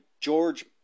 George